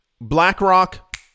BlackRock